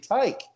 take